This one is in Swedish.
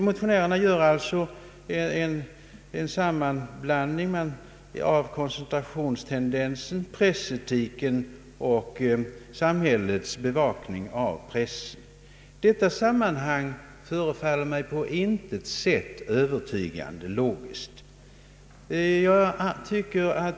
Motionärerna gör alltså en sammankoppling mellan koncentrationstendensen, pressetiken och samhällets bevakning av pressen. En sådan sammanblandning förefaller mig på intet sätt övertygande eller logisk.